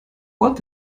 what